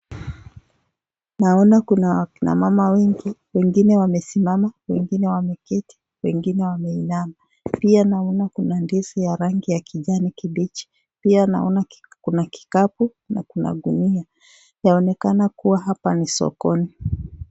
Naona kuna akinamama wengi wengine wamesimama wengine wameketi wengine wameinama. Pia naona kuna ndizi ya kijani kibichi. Pia naona kuna kikapu na yaonekana kuwa hapa ni sokoni.